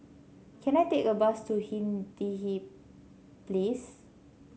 can I take a bus to Hindhede Place